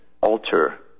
alter